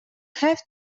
have